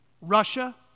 Russia